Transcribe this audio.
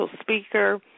speaker